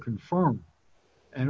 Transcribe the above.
confirm and